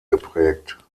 geprägt